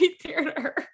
theater